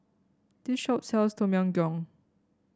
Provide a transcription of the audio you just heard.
this shop sells Tom Yam Goong